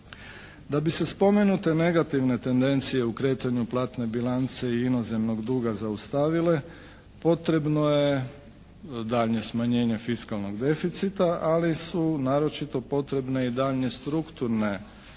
Da bi se spomenute negativne tendencije u kretanju platne bilance i inozemnog duga zaustavile potrebno je daljnje smanjenje fiskalnog deficita, ali su naročito potrebne i daljnje strukturne